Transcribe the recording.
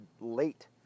late